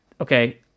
okay